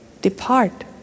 Depart